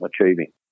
achieving